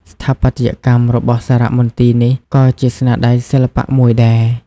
ស្ថាបត្យកម្មរបស់សារមន្ទីរនេះក៏ជាស្នាដៃសិល្បៈមួយដែរ។